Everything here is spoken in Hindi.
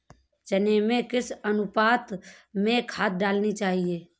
चने में किस अनुपात में खाद डालनी चाहिए?